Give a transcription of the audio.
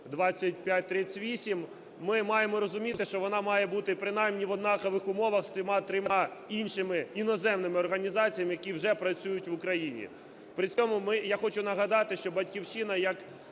2538, ми маємо розуміти, що вона має бути принаймні в однакових умовах з трьома іншими іноземними організаціями, які вже працюють в Україні. При цьому я хочу нагадати, що "Батьківщина", як